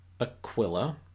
aquila